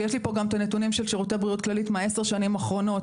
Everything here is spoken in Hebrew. ויש לי פה גם את הנתונים של שירותי בריאות כללית מעשר השנים האחרונות.